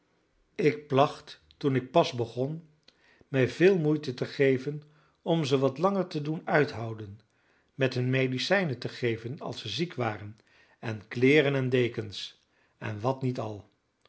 ik placht toen ik pas begon mij veel moeite te geven om ze wat langer te doen uithouden met hun medicijnen te geven als ze ziek waren en kleeren en dekens en wat niet al